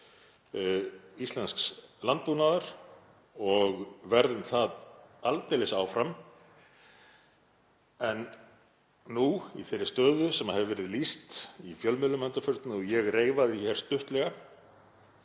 íslensks landbúnaðar og verðum það aldeilis áfram. En nú, í þeirri stöðu sem hefur verið lýst í fjölmiðlum að undanförnu og ég reifaði hér stuttlega,